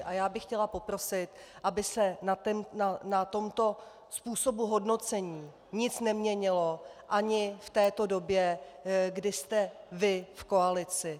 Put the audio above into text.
A já bych chtěla poprosit, aby se na tomto způsobu hodnocení nic neměnilo ani v této době, kdy jste vy v koalici.